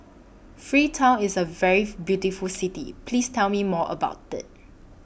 Freetown IS A very beautiful City Please Tell Me More about IT